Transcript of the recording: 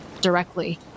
directly